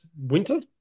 winter